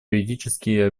юридически